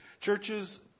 Churches